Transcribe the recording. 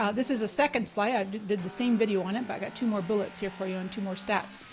ah this is a second slide. i did the same video on it but i got two more bullets here for you and two more stats.